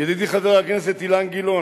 ידידי, חבר הכנסת אילן גילאון,